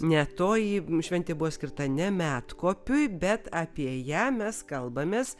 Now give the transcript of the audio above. ne toji šventė buvo skirta ne medkopiui bet apie ją mes kalbamės